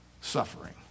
suffering